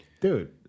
dude